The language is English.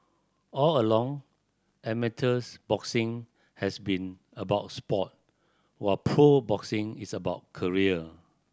all along amateurs boxing has been about sport while pro boxing is about career